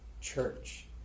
church